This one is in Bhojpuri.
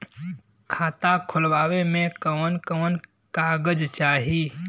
खाता खोलवावे में कवन कवन कागज चाही?